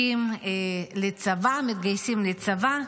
ומתגייסים לצבא.